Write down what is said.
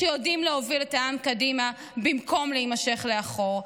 שיודעים להוביל את העם קדימה במקום להימשך לאחור.